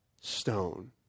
stone